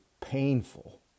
painful